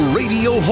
radio